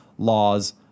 Laws